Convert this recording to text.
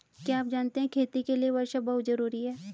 क्या आप जानते है खेती के लिर वर्षा बहुत ज़रूरी है?